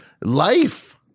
life